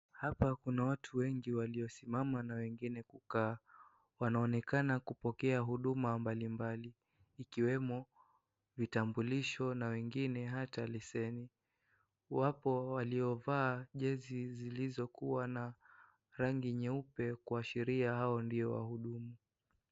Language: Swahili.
Hapa kuna watu wengi waliosimama na wengine kukaa, wanaonekana kupokea huduma mbalimbali ikiwemo vitambulisho na wengine hata leseni. Wapo waliovaa jezi zilizokuwa na rangi nyeupe kushiria hao ndio wahudumu.